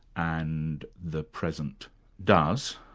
and the present does,